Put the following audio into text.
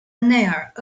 内尔